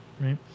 right